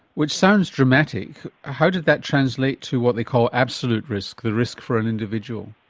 which sounds dramatic, how did that translate to what they call absolute risk, the risk for an individual?